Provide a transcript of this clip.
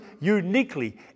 uniquely